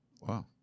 Wow